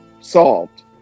solved